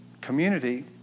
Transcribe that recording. community